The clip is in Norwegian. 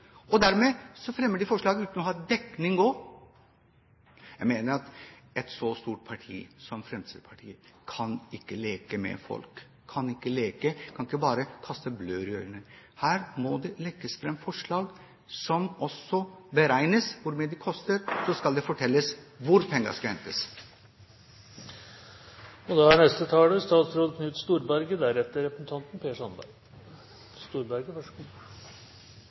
og dermed fremmer de også forslag uten å ha dekning. Jeg mener at et så stort parti som Fremskrittspartiet ikke kan leke med folk, de kan ikke bare kaste blår i øynene på folk. Her må det legges fram forslag, som også er beregnet hva koster, og så skal det fortelles hvor pengene skal hentes fra. Det som får meg til å ta ordet, er representanten